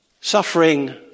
suffering